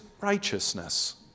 righteousness